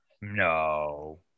No